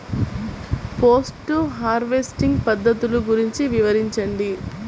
Post harvesting పద్ధతులు గురించి వివరించండి?